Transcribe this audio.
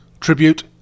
Tribute